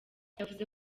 yavuze